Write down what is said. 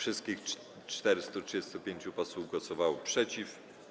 435 posłów głosowało przeciw.